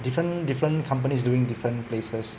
different different company is doing different places